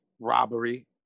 robbery